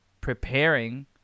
preparing